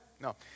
No